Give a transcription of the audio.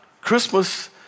Christmas